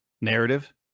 narrative